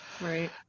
right